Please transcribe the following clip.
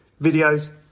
videos